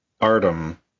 Artem